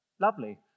lovely